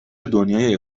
دنیای